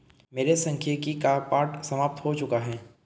मेरे सांख्यिकी का पाठ समाप्त हो चुका है